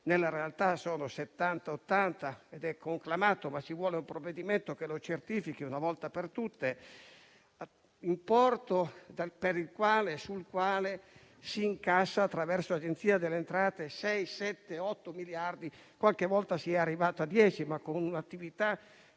nella realtà; sono 70-80 miliardi - è conclamato, ma ci vuole un provvedimento che lo certifichi una volta per tutte - per i quali si incassa attraverso l'Agenzia delle entrate dai 6 agli 8 miliardi; qualche volta si è arrivati a 10, ma con un'attività